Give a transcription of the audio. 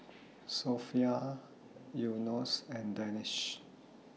Sofea Yunos and Danish